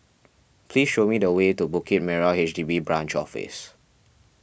please show me the way to Bukit Merah H D B Branch Office